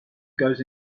goes